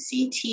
CT